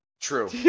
True